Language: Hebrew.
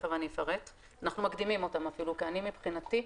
כי מבחינתי,